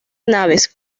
naves